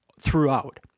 throughout